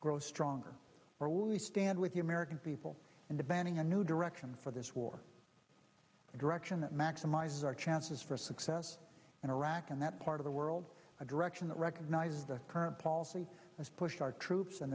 grow stronger or will we stand with the american people and the banding a new direction for this war a direction that maximizes our chances for success in iraq in that part of the world a direction that recognizes the current policy has pushed our troops and